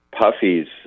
Puffy's